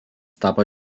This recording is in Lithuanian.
tapo